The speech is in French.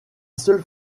seule